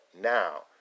now